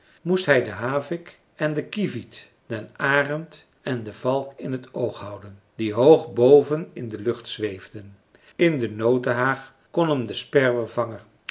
moest hij den havik en den kievit den arend en den valk in t oog houden die hoog boven in de lucht zweefden in de notenhaag kon hem de sperwer vangen